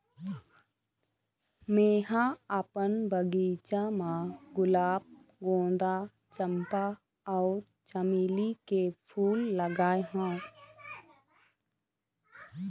मेंहा अपन बगिचा म गुलाब, गोंदा, चंपा अउ चमेली के फूल लगाय हव